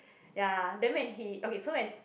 ya then when he okay so and